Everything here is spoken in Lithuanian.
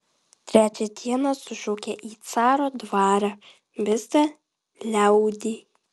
trečią dieną sušaukė į caro dvarą visą liaudį